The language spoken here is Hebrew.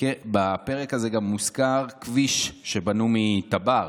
בפרק הזה גם מוזכר כביש שבנו מתב"ר.